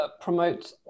promote